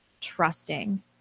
trusting